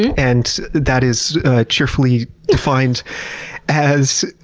and, that is cheerfully defined as,